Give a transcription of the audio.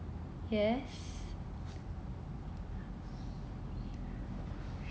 yes